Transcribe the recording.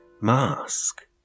mask